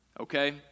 Okay